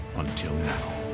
until now.